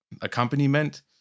accompaniment